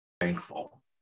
thankful